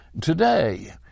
today